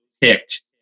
picked